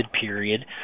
period